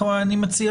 אני מציע